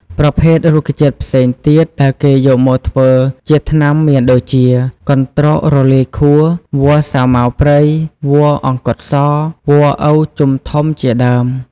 ប្រភេទ រុក្ខជាតិផ្សេងទៀតដែលគេយកមកធ្វើជាថ្នាំមានដូចជា កន្ទ្រោករលាយខួរ វល្លិសាវម៉ាវព្រៃ វល្លិអង្គត់ស វល្លិឪជំធំជាដើម។